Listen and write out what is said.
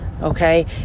okay